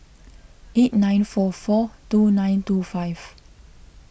eight nine four four two nine two five